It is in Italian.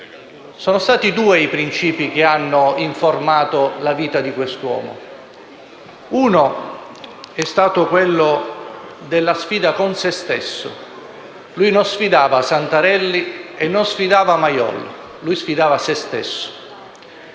Sono stati due i principi che hanno informato la vita di questo uomo: uno è stato quello della sfida con se stesso, poiché lui non sfidava Santarelli e non sfidava Mayol, ma se stesso;